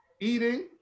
eating